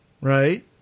right